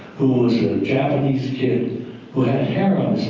who was a japanese kid who had hair on